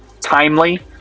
timely